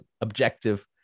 objective